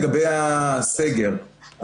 לגבי הסגר,